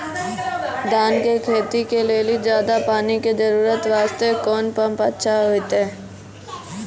धान के खेती के लेली ज्यादा पानी के जरूरत वास्ते कोंन पम्प अच्छा होइते?